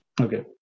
Okay